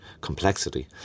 complexity